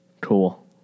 Cool